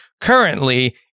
currently